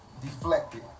deflected